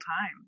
time